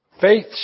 Faith